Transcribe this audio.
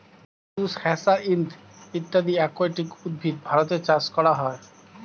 lettuce, hyacinth ইত্যাদি aquatic উদ্ভিদ ভারতে চাষ করা হয়